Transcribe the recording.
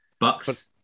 Bucks